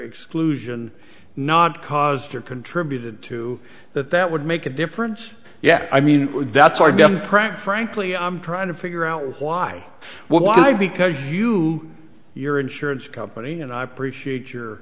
exclusion not caused or contributed to that that would make a difference yeah i mean that's our democrat frankly i'm trying to figure out why why because you your insurance company and i appreciate your